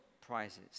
prizes